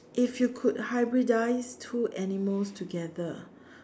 if you could hybridise two animals together